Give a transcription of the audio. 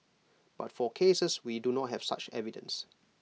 but for cases we do not have such evidence